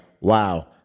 wow